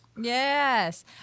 Yes